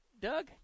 Doug